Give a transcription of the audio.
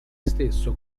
stesso